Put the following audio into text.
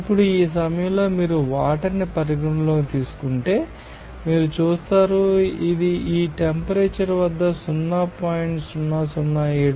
ఇప్పుడు ఈ సమయంలో మీరు వాటర్ని పరిగణనలోకి తీసుకుంటే మీరు చూస్తారు ఇది ఈ టెంపరేచర్ వద్ద 0